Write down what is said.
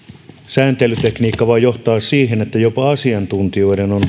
sääntelytekniikka voi johtaa siihen että jopa asiantuntijoiden on